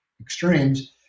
extremes